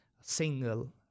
single